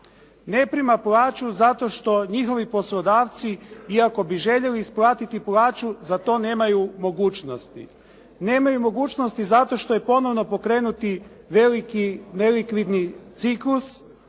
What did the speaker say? ne prima plaću zato što njihovi poslodavci iako bi željeli isplatiti plaću za to nemaju mogućnosti. Nemaju mogućnosti zato što je ponovno pokrenut veliki nelikvidni ciklus